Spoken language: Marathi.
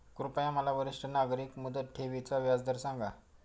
कृपया मला वरिष्ठ नागरिक मुदत ठेवी चा व्याजदर सांगा